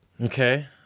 Okay